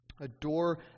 adore